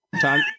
time